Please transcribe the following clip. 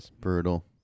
Brutal